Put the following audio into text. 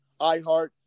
iHeart